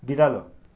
बिरालो